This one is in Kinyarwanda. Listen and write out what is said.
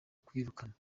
kwirukanwa